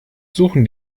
suchen